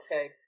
okay